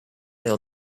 ill